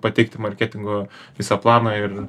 pateikti marketingo visą planą ir